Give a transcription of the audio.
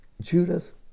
Judas